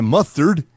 Mustard